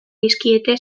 dizkie